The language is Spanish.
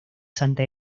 santa